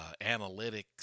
analytics